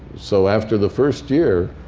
so after the first year,